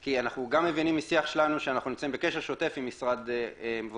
כי אנחנו גם מבינים משיח שלנו שאנחנו נמצאים בקשר שוטף עם משרד העבודה,